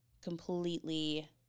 completely